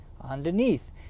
underneath